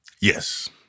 Yes